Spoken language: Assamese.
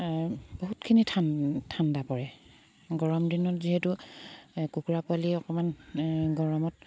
বহুতখিনি ঠাণ্ড ঠাণ্ডা পৰে গৰম দিনত যিহেতু কুকুৰা পোৱালি অকণমান গৰমত